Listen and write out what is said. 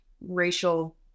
racial